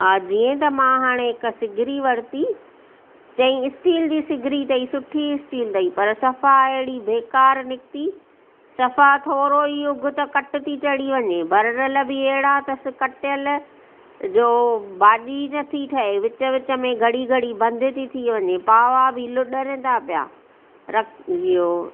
हा जीअं त मां हाणे हिकु सिगिरी वरिती चेईं स्टील जी सिगरि अथईं सुठी स्टील अथईं पर सफ़ा अहिड़ी बेकार निकिती सफ़ा थोरो ई युग त कट थी चढ़ी वञे बर्नल बि अहिड़ा अथसि कटियल जो भाॼी ई नथी ठहे विच विच में घड़ी घड़ी बंदि थी थी वञे पावा बि लुॾण त पिया रख इहो